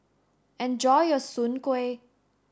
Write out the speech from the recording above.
enjoy your Soon Kway